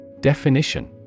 Definition